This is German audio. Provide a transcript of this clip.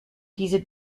diese